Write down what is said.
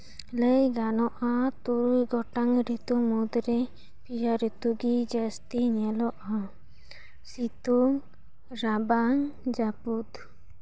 ᱞᱟᱹᱭ ᱜᱟᱱᱚᱜᱼᱟ ᱛᱩᱨᱩᱭ ᱜᱚᱴᱟᱝ ᱨᱤᱛᱩ ᱢᱩᱫᱽᱨᱮ ᱯᱮᱭᱟ ᱨᱤᱛᱩ ᱜᱮ ᱡᱟᱹᱥᱛᱤ ᱧᱮᱞᱚᱜᱼᱟ ᱥᱤᱛᱩᱝ ᱨᱟᱵᱟᱝ ᱡᱟᱹᱯᱩᱫ